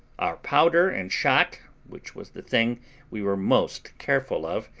our powder and shot, which was the thing we were most careful of,